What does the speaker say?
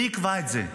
מי יקבע את זה?